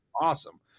awesome